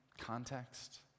context